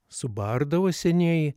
subardavo seniai